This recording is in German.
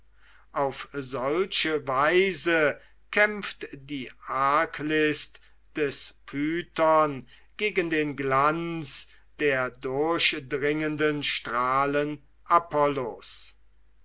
auf solche weise kämpft die arglist des python gegen den glanz der durchdringenden strahlen